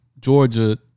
Georgia